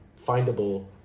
findable